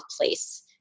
place